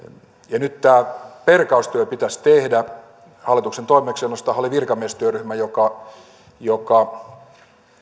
ja nyt tämä perkaustyö pitäisi tehdä hallituksen toimeksiannostahan oli virkamiestyöryhmä joka joka